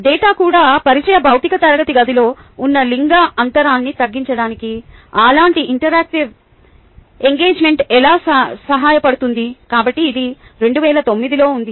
data కూడా పరిచయ భౌతిక తరగతి గదిలో ఉన్న లింగ అంతరాన్ని తగ్గించడానికి అలాంటి ఇంటరాక్టివ్ ఎంగేజ్మెంట్ ఎలా సహాయపడుతుంది కాబట్టి ఇది 2009 లో ఉంది